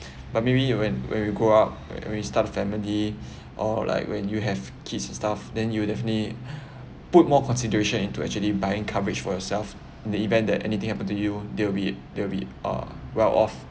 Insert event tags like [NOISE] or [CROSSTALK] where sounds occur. but maybe you when when we grow up when we start a family [BREATH] or like when you have kids and stuff then you'll definitely put more consideration into actually buying coverage for yourself the event that anything happen to you they'll be they'll be uh well off